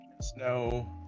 Snow